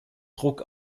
druck